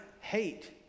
hate